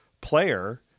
player